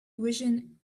vision